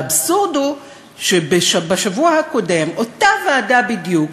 והאבסורד הוא שבשבוע הקודם אותה ועדה בדיוק